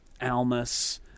Almas